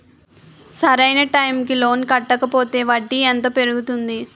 సరి అయినా టైం కి లోన్ కట్టకపోతే వడ్డీ ఎంత పెరుగుతుంది?